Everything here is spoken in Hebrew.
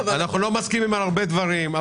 אנחנו לא מסכימים על הרבה דברים,